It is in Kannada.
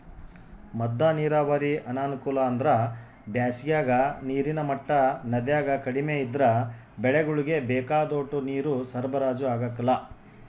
ಮದ್ದ ನೀರಾವರಿ ಅನಾನುಕೂಲ ಅಂದ್ರ ಬ್ಯಾಸಿಗಾಗ ನೀರಿನ ಮಟ್ಟ ನದ್ಯಾಗ ಕಡಿಮೆ ಇದ್ರ ಬೆಳೆಗುಳ್ಗೆ ಬೇಕಾದೋಟು ನೀರು ಸರಬರಾಜು ಆಗಕಲ್ಲ